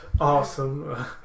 awesome